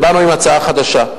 באנו עם הצעה חדשה,